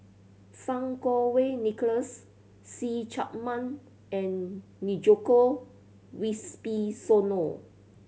Fang Kuo Wei Nicholas See Chak Mun and Djoko Wibisono